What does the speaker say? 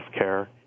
healthcare